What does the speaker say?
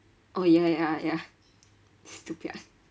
oh ya ya ya stupiak